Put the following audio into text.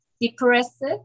depressed